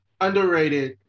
underrated